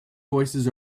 voices